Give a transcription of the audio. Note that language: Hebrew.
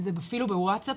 אם זה אפילו בווטסאפ,